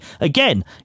again